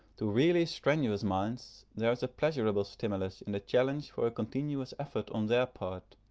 to really strenuous minds there is a pleasurable stimulus in the challenge for a continuous effort on their part,